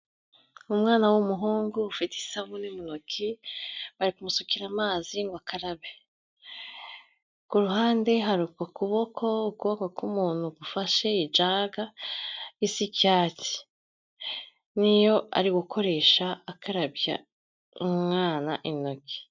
Umwana w'umuhungu ufite isabune mu ntoki, bari kumusukira amazi ngo akarabe, ku ruhande hari ukuboko, ukuboko k'umuntu gufashe ijaga isi icyatsi, ni yo ari gukoresha akarabya umwana intoki.